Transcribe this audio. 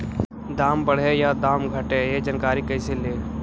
दाम बढ़े या दाम घटे ए जानकारी कैसे ले?